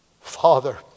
Father